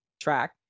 track